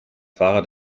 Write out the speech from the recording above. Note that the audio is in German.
fahrer